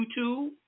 YouTube